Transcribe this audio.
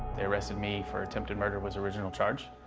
they arrested me for attempted murder, was original charge,